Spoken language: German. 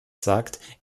sagt